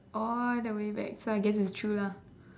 all the way back so I guess it's true lah